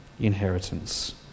inheritance